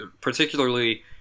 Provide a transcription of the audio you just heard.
particularly